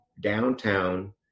downtown